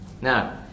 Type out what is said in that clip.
now